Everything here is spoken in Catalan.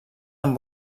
amb